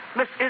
Miss